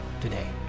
today